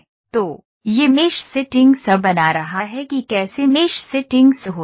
तो यह mesh settings बना रहा है कि कैसे मेष सेटिंग्स होती हैं